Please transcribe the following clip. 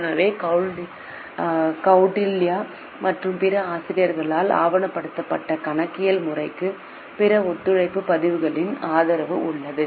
எனவே கௌடில்யா மற்றும் பிற ஆசிரியர்களால் ஆவணப்படுத்தப்பட்ட கணக்கியல் முறைக்கு பிற ஒத்துழைப்பு பதிவுகளின் ஆதரவு உள்ளது